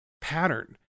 pattern